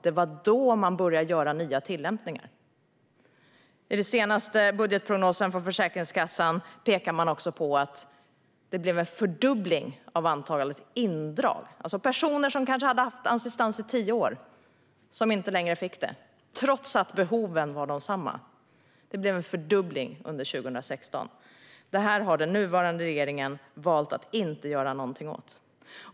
Det var då man började göra nya tillämpningar. I den senaste budgetprognosen från Försäkringskassan pekar man på att det blev en fördubbling av antalet indrag. Personer som kanske hade haft assistans i tio år fick det inte längre, trots att behoven var desamma. Det blev en fördubbling under 2016. Detta har den nuvarande regeringen valt att inte göra något åt.